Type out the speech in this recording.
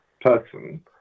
person